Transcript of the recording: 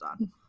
on